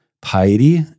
piety